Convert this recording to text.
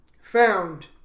found